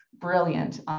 brilliant